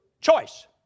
choice